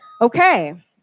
Okay